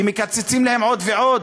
מקצצים להם עוד ועוד.